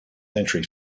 entry